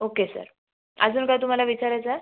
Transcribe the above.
okay sir अजून काय तुम्हाला विचारायचं आहे